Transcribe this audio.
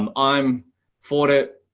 um i'm for it,